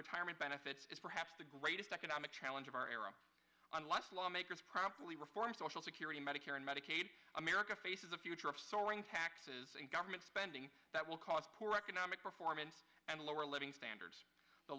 retirement benefits is perhaps the greatest economic challenge of our era unless lawmakers promptly reform social security medicare and medicaid america faces a future of soaring taxes and government spending that will cause poor economic performance and lower living standards the